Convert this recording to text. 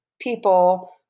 people